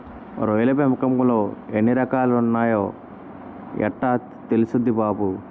రొయ్యల పెంపకంలో ఎన్ని రకాలున్నాయో యెట్టా తెల్సుద్ది బాబూ?